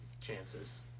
chances